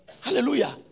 Hallelujah